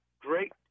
great